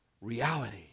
reality